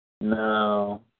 no